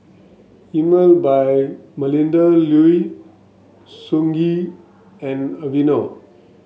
Emel by Melinda Looi Songhe and Aveeno